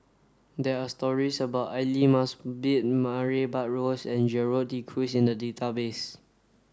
there are stories about Aidli Mosbit Murray Buttrose and Gerald De Cruz in the database